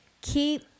Keep